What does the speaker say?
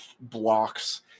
blocks